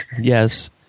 yes